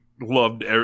loved